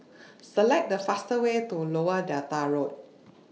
Select The faster Way to Lower Delta Road